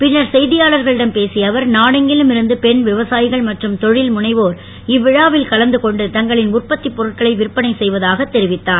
பின்னர் இயற்கை செய்தியாளர்களிடம் பேசிய அவர் நாடெங்கிலும் இருந்து பெண் விவசாயிகள் மற்றும் தொழில்முனைவோர் இவ்விழாவில் கலந்துகொண்டு தங்களின் உற்பத்திப்பொருட்களை விற்பனை செய்வதாகத் தெரிவித்தார்